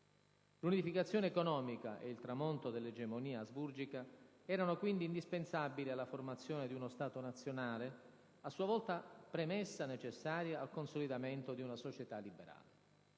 L'unificazione economica e il tramonto dell'egemonia asburgica erano quindi indispensabili alla formazione di uno Stato nazionale, a sua volta premessa necessaria al consolidamento di una società liberale.